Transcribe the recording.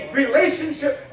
relationship